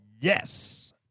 Yes